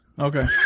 Okay